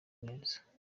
neza